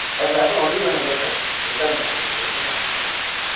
that lapper only when and get the return message interms of an acknowledgement,